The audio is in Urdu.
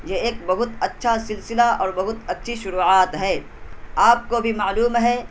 یہ ایک بہت اچھا سلسلہ اور بہت اچھی شروعات ہے آپ کو بھی معلوم ہے